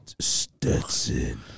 Stetson